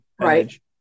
right